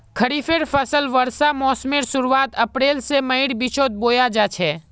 खरिफेर फसल वर्षा मोसमेर शुरुआत अप्रैल से मईर बिचोत बोया जाछे